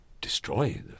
destroy